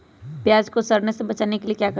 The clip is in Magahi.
प्याज को सड़ने से बचाने के लिए क्या करें?